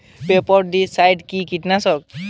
স্পোডোসাইট কি কীটনাশক?